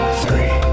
three